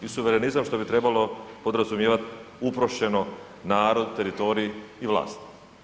I suverenizam, što bi trebalo podrazumijevati, uprošeno narod, teritorij i vlast.